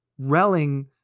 Relling